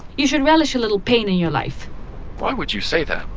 you should relish a little pain in your life why would you say that?